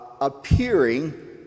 appearing